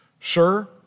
sir